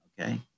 Okay